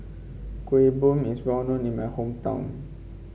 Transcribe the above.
Kuih Bom is well known in my hometown